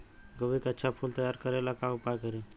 गोभी के अच्छा फूल तैयार करे ला का उपाय करी?